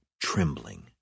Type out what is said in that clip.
trembling